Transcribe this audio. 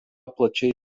plačiai